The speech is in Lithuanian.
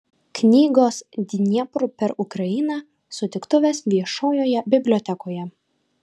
knygos dniepru per ukrainą sutiktuvės viešojoje bibliotekoje